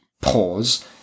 pause